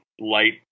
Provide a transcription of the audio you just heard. light